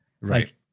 Right